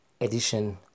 edition